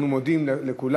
אנחנו מודים לכולם.